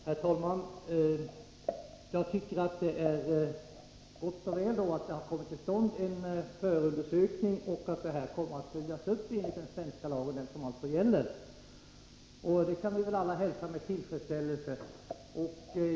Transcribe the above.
Herr talman! Jag tycker att det är gott och väl att det har kommit till stånd en förundersökning och att man här kommer att följa upp vad som gäller enligt den svenska lagen. Det kan vi väl alla hälsa med tillfredsställelse.